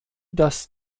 dass